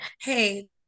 hey